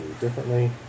differently